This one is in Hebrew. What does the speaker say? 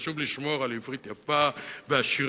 חשוב לשמור על עברית יפה ועשירה.